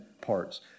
parts